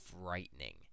frightening